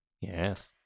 Yes